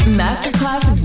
masterclass